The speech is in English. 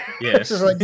Yes